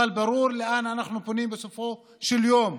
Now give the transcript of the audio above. אבל ברור לאן אנחנו פונים בסופו של יום.